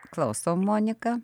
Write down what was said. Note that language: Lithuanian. klausom monika